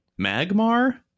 Magmar